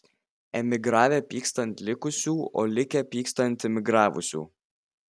emigravę pyksta ant likusių o likę pyksta ant emigravusių